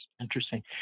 Interesting